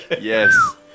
yes